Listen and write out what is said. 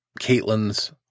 Caitlin's